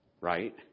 Right